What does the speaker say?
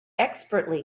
expertly